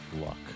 Luck